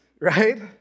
right